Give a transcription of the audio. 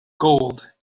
gold